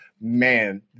man